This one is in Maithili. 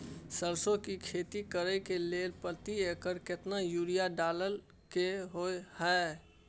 सरसो की खेती करे के लिये प्रति एकर केतना यूरिया डालय के होय हय?